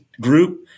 group